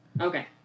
Okay